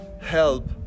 help